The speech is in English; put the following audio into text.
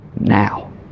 now